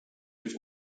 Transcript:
was